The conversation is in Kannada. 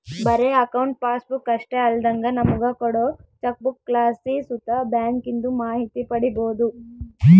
ಬರೇ ಅಕೌಂಟ್ ಪಾಸ್ಬುಕ್ ಅಷ್ಟೇ ಅಲ್ದಂಗ ನಮುಗ ಕೋಡೋ ಚೆಕ್ಬುಕ್ಲಾಸಿ ಸುತ ಬ್ಯಾಂಕಿಂದು ಮಾಹಿತಿ ಪಡೀಬೋದು